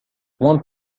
one